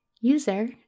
User